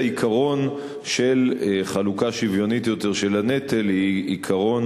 העיקרון של חלוקה שוויונית יותר של הנטל הוא עיקרון